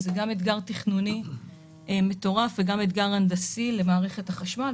זה גם אתגר תכנוני מטורף וגם אתגר הנדסי למערכת החשמל,